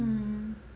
mm